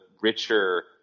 richer